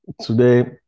Today